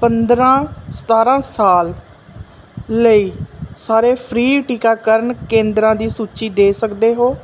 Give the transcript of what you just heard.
ਪੰਦਰ੍ਹਾਂ ਸਤਾਰ੍ਹਾਂ ਸਾਲ ਲਈ ਸਾਰੇ ਫ੍ਰੀ ਟੀਕਾਕਰਨ ਕੇਂਦਰਾਂ ਦੀ ਸੂਚੀ ਦੇ ਸਕਦੇ ਹੋ